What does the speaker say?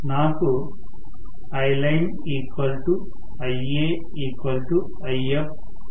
నాకు Iline Ia If ఉంటుంది